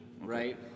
Right